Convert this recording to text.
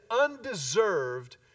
undeserved